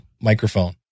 microphone